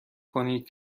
کنید